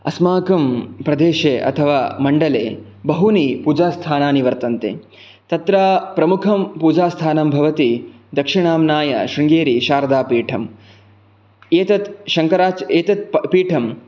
अस्माकं प्रदेशे अथवा मण्डले बहूनि पुजास्थानानि वर्तन्ते तत्र प्रमुखं पूजास्थानं भवति दक्षिणाम्नाय शृङ्गेरीशारदापीठम् एतत् शङ्कर एतत् पीठं